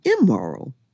immoral